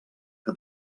que